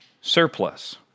Surplus